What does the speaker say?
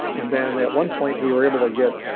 and then at one point we were able to get